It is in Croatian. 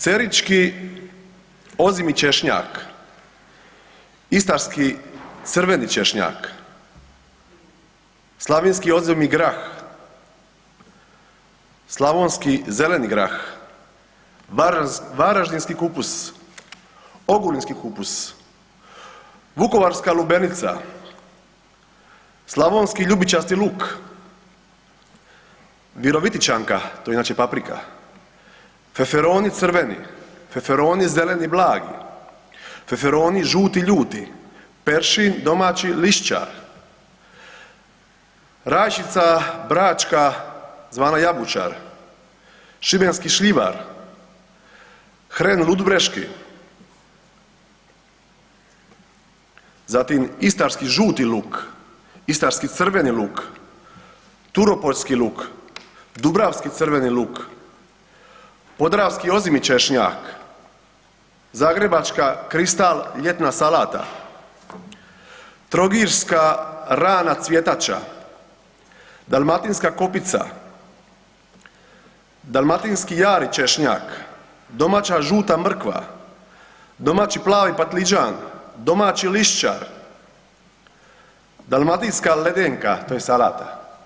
Cerički ozimi češnjak, istarski crveni češnjak, slavonski ozimi grah, slavonski zeleni grah, varaždinski kupus, ogulinski kupus, vukovarska lubenica, slavonski ljubičasti luk, virovitičanka to je inače paprika, feferoni crveni, feferoni zeleni blagi, feferoni žuti ljudi, peršin domaći lišćar, rajčica bračka zvana jabučar, šibenski šljivar, hren ludbreški, zatim istarski žuti luk, istarski crveni luk, turopoljski luk, dubravski crveni luk, podravski ozimi češnjak, zagrebačka kristal ljetna salata, trogirska rana cvjetača, dalmatinska kopica, dalmatinski jari češnjak, domaća žuta mrkva, domaći plavi patlidžan, domaći lišćar, dalmatinska ledenka to je salata.